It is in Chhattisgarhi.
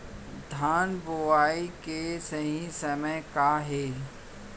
धान बोआई के सही समय का हे?